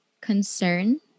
concern